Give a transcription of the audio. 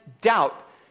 doubt